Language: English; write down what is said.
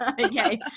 Okay